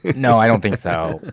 no, i don't think so.